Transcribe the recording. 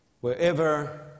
Wherever